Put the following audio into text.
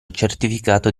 certificato